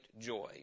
joy